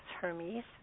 Hermes